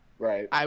Right